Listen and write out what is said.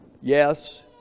yes